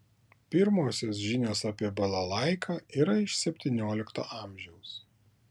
pirmosios žinios apie balalaiką yra iš septyniolikto amžiaus